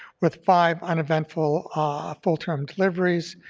with five uneventful ah full-term deliveries,